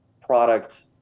product